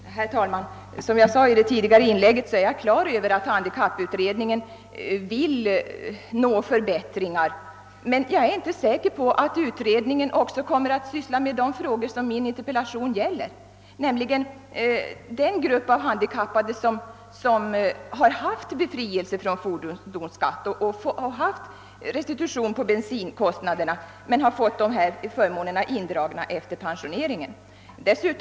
Herr talman! Jag är, såsom jag framhöll i tidigare inlägg, på det klara med att handikapputredningen önskar åstadkomma förbättringar. Jag är dock inte säker på att utredningen också kommer att ägna sig åt de frågor som min interpellation gäller, nämligen den grupp av handikappade som haft befrielse från fordonsskatt och restitution på bensinkostnaderna men som fått dessa förmåner indragna efter pensioneringen.